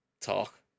talk